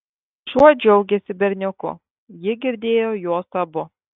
šuo džiaugėsi berniuku ji girdėjo juos abu